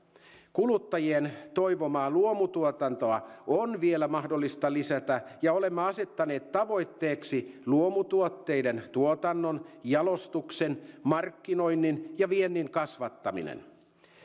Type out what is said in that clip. kuluttajien toivomaa luomutuotantoa on vielä mahdollista lisätä ja olemme asettaneet tavoitteeksi luomutuotteiden tuotannon jalostuksen markkinoinnin ja viennin kasvattamisen